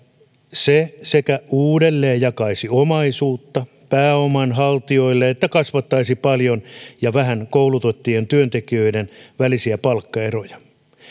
se sekä uudelleenjakaisi omaisuutta pääoman haltijoille että kasvattaisi paljon ja vähän koulutettujen työntekijöiden välisiä palkkaeroja